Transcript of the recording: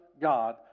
God